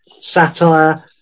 Satire